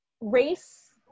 race